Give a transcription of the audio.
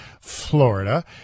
Florida